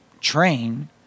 train